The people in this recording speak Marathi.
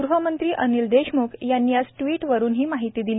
ग़हमंत्री अनिल देशमुख यांनी आज ट्वीट करून ही माहिती दिली